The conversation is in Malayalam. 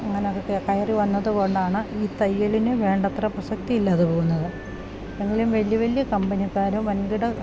അങ്ങനൊക്കെ കയറിവന്നത് കൊണ്ടാണ് ഈ തയ്യലിന് വേണ്ടത്ര പ്രശക്തിയില്ലാതെ പോകുന്നത് എങ്കിലും വലിയ വലിയ കമ്പനിക്കാരും വൻകിട